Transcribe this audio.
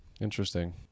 Interesting